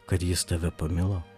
kad jis tave pamilo